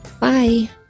Bye